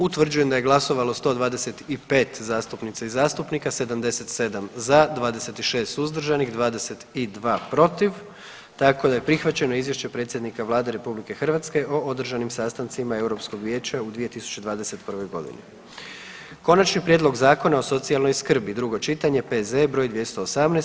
Utvrđujem da je glasovalo 125 zastupnica i zastupnika, 77 za, 26 suzdržanih, 22 protiv tako da je prihvaćeno izvješće predsjednika Vlade RH o održanim sastancima Europskog vijeća u 2021.g. Konačni prijedlog Zakona o socijalnoj skrbi, drugo čitanje, P.Z.E. br. 218.